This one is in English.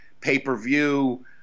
pay-per-view